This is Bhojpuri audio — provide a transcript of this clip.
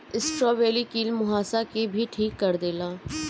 स्ट्राबेरी कील मुंहासा के भी ठीक कर देला